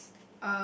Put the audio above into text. yes